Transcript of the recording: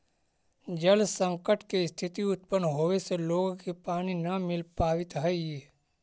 जल संकट के स्थिति उत्पन्न होवे से लोग के पानी न मिल पावित हई